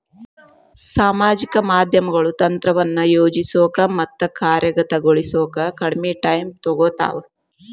ಸಾಮಾಜಿಕ ಮಾಧ್ಯಮಗಳು ತಂತ್ರವನ್ನ ಯೋಜಿಸೋಕ ಮತ್ತ ಕಾರ್ಯಗತಗೊಳಿಸೋಕ ಕಡ್ಮಿ ಟೈಮ್ ತೊಗೊತಾವ